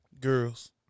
Girls